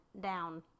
down